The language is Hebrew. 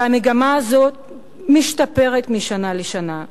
והמגמה הזאת משתפרת משנה לשנה.